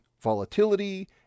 volatility